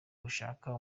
gushaka